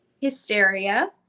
hysteria